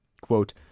Quote